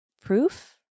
proof